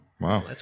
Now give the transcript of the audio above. Wow